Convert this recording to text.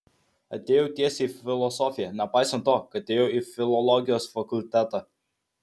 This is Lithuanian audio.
atėjau tiesiai į filosofiją nepaisant to kad ėjau į filologijos fakultetą